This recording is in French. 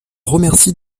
remercie